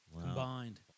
combined